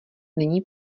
není